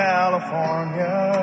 California